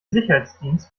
sicherheitsdienst